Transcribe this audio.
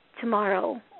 tomorrow